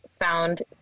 found